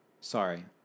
Sorry